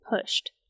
pushed